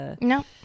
No